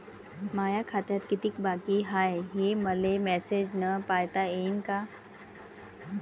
माया खात्यात कितीक बाकी हाय, हे मले मेसेजन पायता येईन का?